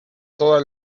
toda